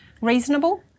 reasonable